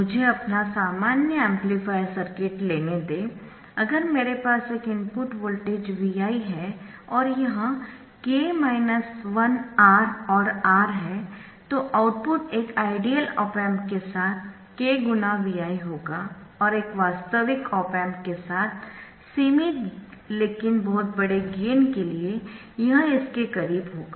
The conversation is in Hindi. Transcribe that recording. मुझे अपना सामान्य एम्पलीफायर सर्किट लेने दें अगर मेरे पास एक इनपुट वोल्टेज Vi है और यह R और R है तो आउटपुट एक आइडियल ऑप एम्प के साथ k× Vi होगा और एक वास्तविक ऑप एम्प के साथ सीमित लेकिन बहुत बड़े गेन के लिए यह इसके करीब होगा